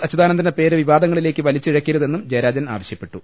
അച്യുതാനന്ദന്റെ പേര് വിവാദങ്ങളിലേക്ക് വലിച്ചിഴക്കരുതെന്നും ജയരാജൻ ആവശ്യപ്പെ ട്ടു